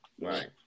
Right